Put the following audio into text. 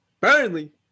Burnley